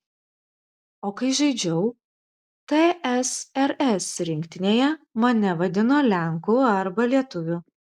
o kai žaidžiau tsrs rinktinėje mane vadino lenku arba lietuviu